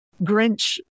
Grinch